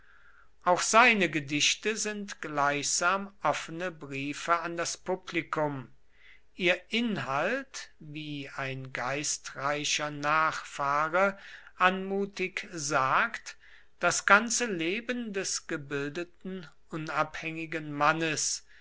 auch seine gedichte sind gleichsam offene briefe an das publikum ihr inhalt wie ein geistreicher nachfahre anmutig sagt das ganze leben des gebildeten unabhängigen mannes